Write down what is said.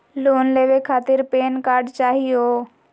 Loan लेवे खातीर PAN card चाहियो?